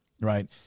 right